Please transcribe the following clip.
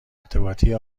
ارتباطی